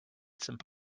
some